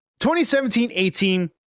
2017-18